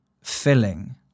filling